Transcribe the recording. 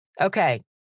Okay